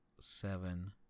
seven